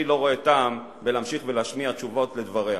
אני לא רואה טעם להמשיך ולהשמיע תשובות על דבריה.